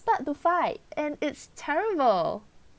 start to fight and it's terrible